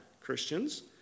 Christians